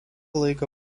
laiką